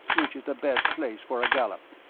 which is the best place for a gallop.